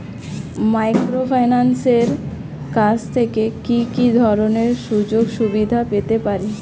মাইক্রোফিন্যান্সের কাছ থেকে কি কি ধরনের সুযোগসুবিধা পেতে পারি?